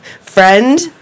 friend